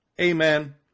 Amen